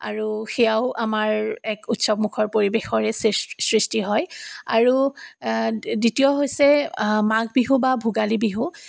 আৰু সেয়াও আমাৰ এক উৎসৱমুখৰ পৰিৱেশৰেই সৃ সৃষ্টি হয় আৰু দ্বিতীয় হৈছে মাঘ বিহু বা ভোগালী বিহু